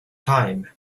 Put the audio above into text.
time